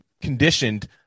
conditioned